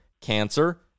cancer